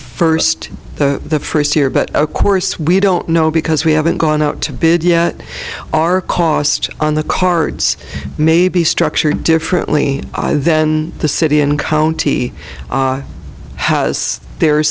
first the first year but a course we don't know because we haven't gone out to bid yet our cost on the cards may be structured differently than the city and county has the